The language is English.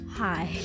hi